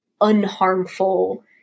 unharmful